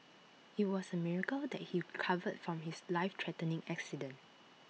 IT was A miracle that he recovered from his life threatening accident